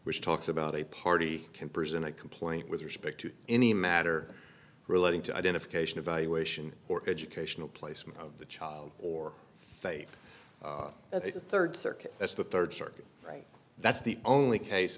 which talks about a party can present a complaint with respect to any matter relating to identification evaluation or educational placement of the child or say at a third circuit that's the third circuit right that's the only case